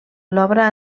l’obra